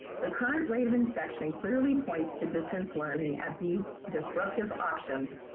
the current rate of infection clearly points to distance learning at these disruptive options,